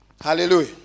Hallelujah